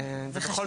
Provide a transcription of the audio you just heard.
זה חשוב.